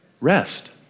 rest